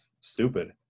Stupid